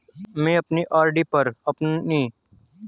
मैं अपनी आर.डी पर अपना परिपक्वता निर्देश जानना चाहती हूँ